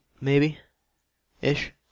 maybe-ish